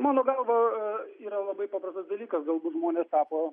mano galva yra labai paprastas dalykas galbūt žmonės tapo